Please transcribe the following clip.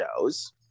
shows